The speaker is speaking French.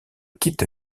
kit